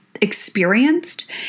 experienced